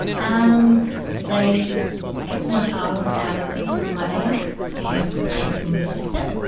um they took my child out of my care and placed him in the system.